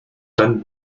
tan